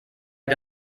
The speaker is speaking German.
der